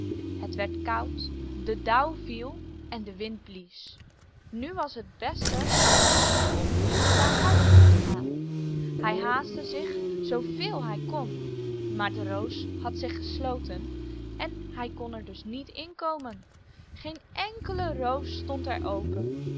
het werd koud de dauw viel en de wind blies nu was het beste wat hij doen kon naar huis toe te gaan hij haastte zich zooveel hij kon maar de roos had zich gesloten en hij kon er dus niet inkomen geen enkele roos stond er open